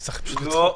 לא.